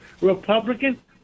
Republican